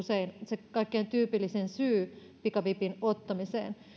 usein se kaikkein tyypillisin syy pikavipin ottamiseen